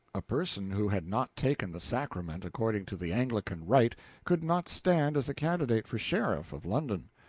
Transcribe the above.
a person who had not taken the sacrament according to the anglican rite could not stand as a candidate for sheriff of london.